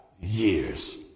years